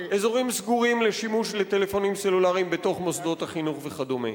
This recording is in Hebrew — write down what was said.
אזורים סגורים לשימוש לטלפונים סלולריים בתוך מוסדות החינוך וכדומה.